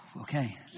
okay